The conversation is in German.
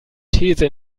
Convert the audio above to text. these